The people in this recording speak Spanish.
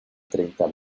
treinta